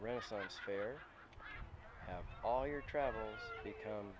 renaissance fair have all your travel